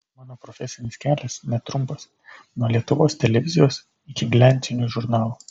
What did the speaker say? mano profesinis kelias netrumpas nuo lietuvos televizijos iki gliancinių žurnalų